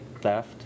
theft